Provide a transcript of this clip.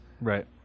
Right